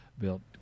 built